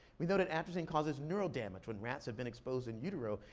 we know that atrazine causes neural damage, when rats have been exposed in utero,